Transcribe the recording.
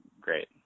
great